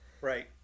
Right